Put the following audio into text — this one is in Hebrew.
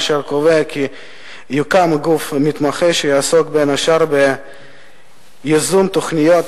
וקובע כי יוקם גוף מתמחה שיעסוק בין השאר בייזום תוכניות